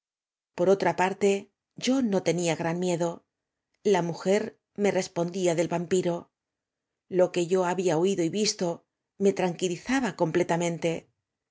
por otra parte yo no tenía gran miedo la mujer me respondía del vampiro io que yo había oído y visto me tranquilizaba completa